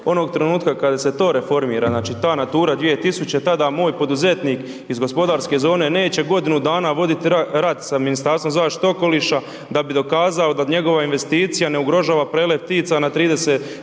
onog trenutka kada se to reformira znači ta Natura 2000 tada moj poduzetnik iz gospodarske zone neće godinu dana vodit rat sa Ministarstvom zaštite okoliša da bi dokazao da njegova investicija ne ugrožava prelet ptica na 30,